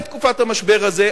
בתקופת המשבר הזה,